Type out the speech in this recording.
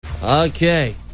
Okay